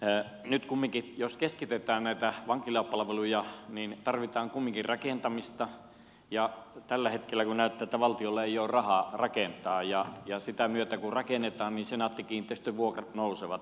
jos nyt keskitetään näitä vankilapalveluja tarvitaan kumminkin rakentamista ja tällä hetkellä näyttää että valtiolla ei ole rahaa rakentaa ja sitä myötä kun rakennetaan niin senaatti kiinteistöjen vuokrat nousevat